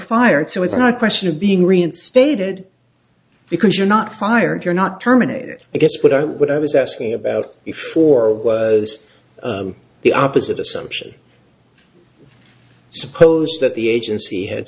fired so it's not a question of being reinstated because you're not fired you're not terminated i guess what i what i was asking about before was the opposite assumption suppose that the agency had